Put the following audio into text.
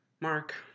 Mark